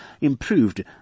improved